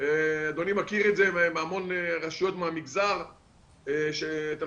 אדוני מכיר את זה מהמון רשויות מהמגזר שאתה